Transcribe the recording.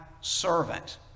servant